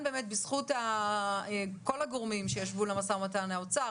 בזכות כל הגורמים שישבו למשא ומתן האוצר,